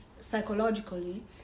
psychologically